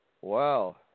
Wow